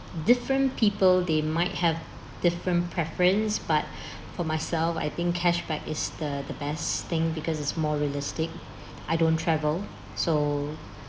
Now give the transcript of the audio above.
different people they might have different preference but for myself I think cashback is the the best thing because it's more realistic I don't travel so